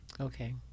Okay